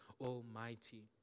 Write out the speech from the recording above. Almighty